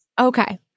Okay